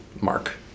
mark